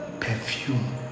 perfume